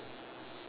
no